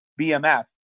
BMF